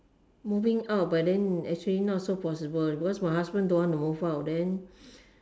moving out but then actually not so possible because my husband don't want to move out then